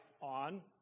on